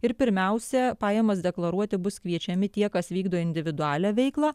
ir pirmiausia pajamas deklaruoti bus kviečiami tie kas vykdo individualią veiklą